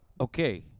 okay